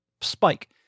Spike